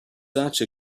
such